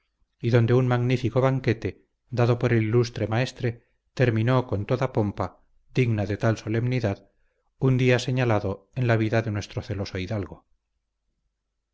y donde un magnífico banquete dado por el ilustre maestre terminó con toda pompa digna de tal solemnidad un día señalado en la vida de nuestro celoso hidalgo